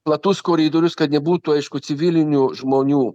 platus koridorius kad nebūtų aišku civilinių žmonių